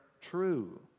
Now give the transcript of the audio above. true